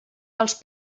els